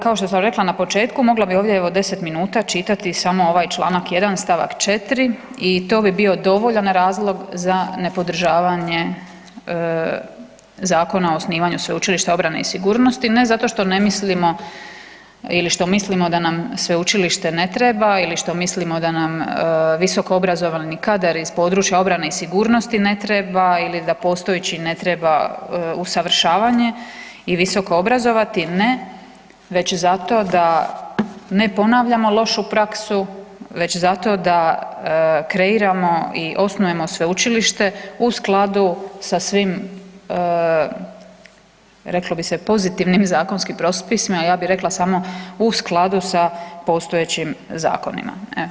Kao što sam rekla na početku mogla bi ovdje evo 10 minuta čitati samo ovaj čl. 1. st. 4. i to bi bio dovoljan razlog za nepodržavanje Zakona o osnivanju Sveučilišta obrane i sigurnosti, ne zato što ne mislimo ili što mislimo da nam sveučilište ne treba ili što mislimo da nam visoko obrazovani kadar iz područja obrane i sigurnosti ne treba ili da postojeći ne treba usavršavanje i visoko obrazovati, ne već zato da ne ponavljamo lošu praksu, već zato da kreiramo i osnujemo sveučilište u skladu sa svim reklo bi se pozitivnim zakonskim propisima, ja bi rekla samo u skladu sa postojećim zakonima.